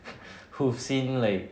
who've seen like